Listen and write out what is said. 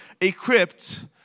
equipped